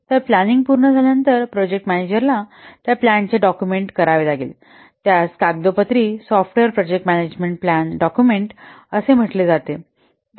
तर प्लॅनिंग पूर्ण झाल्यानंतर प्रोजेक्ट मॅनेजराला त्या प्लॅनचे डॉक्युमेंट करावे लागेल त्यास कागदोपत्री software project management plan document म्हटले जाते